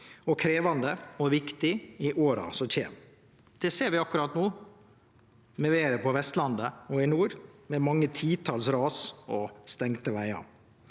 og krevjande og viktig – i åra som kjem. Det ser vi akkurat no med vêret på Vestlandet og i nord, med mange titals ras og stengde vegar.